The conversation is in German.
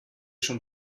schon